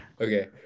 Okay